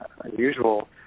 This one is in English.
unusual